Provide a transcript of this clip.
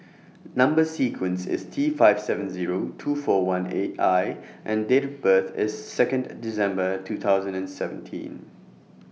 Number sequence IS T five seven Zero two four one eight I and Date of birth IS Second December two thousand and seventeen